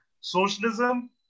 socialism